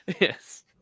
Yes